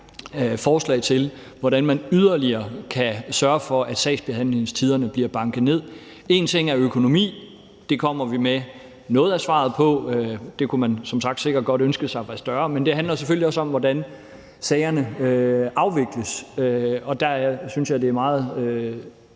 forslag til, hvordan man yderligere kan sørge for, at sagsbehandlingstiderne bliver banket ned. En ting er økonomi – det kommer vi med noget af svaret på – og den kunne man som sagt nok ønske sig var større, men det handler selvfølgelig også om, hvordan sagerne afvikles. Der synes jeg, at det er nogle